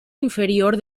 inferior